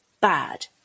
bad